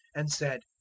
and said,